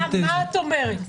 יעל, מה את אומרת?